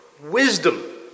wisdom